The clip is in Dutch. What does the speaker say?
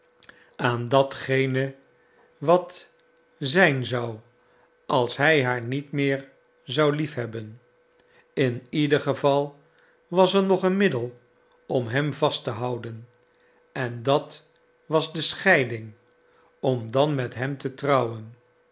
aan datgene wat zijn zou als hij haar niet meer zou liefhebben in ieder geval was er nog een middel om hem vast te houden en dat was de scheiding om dan met hem te trouwen